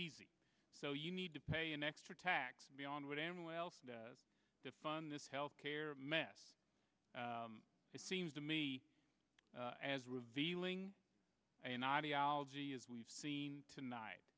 easy so you need to pay an extra tax beyond what anyone else does to fund this health care mess it seems to me as revealing an ideology as we've seen tonight